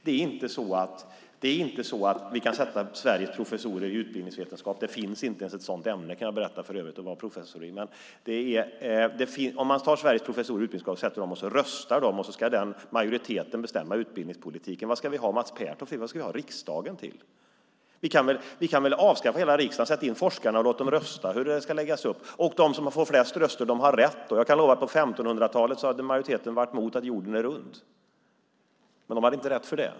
Vi kan inte låta Sveriges professorer i utbildningsvetenskap - ett ämne som för övrigt inte finns - rösta och sedan låta majoriteten bestämma utbildningspolitiken. Vad ska vi i så fall med Mats Pertoft och riksdagen till? Vi kan avskaffa hela riksdagen och sätta in forskarna och låta dem rösta om hur det ska läggas upp. De som får flest röster har rätt. På 1500-talet hade majoriteten varit emot att jorden är rund, men de hade inte rätt för det.